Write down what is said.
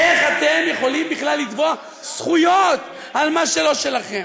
איך אתם יכולים בכלל לתבוע זכויות על מה שלא שלכם?